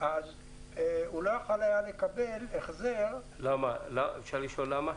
הוא לא יכול לקבל החזר --- אפשר לשאול למה?